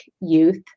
youth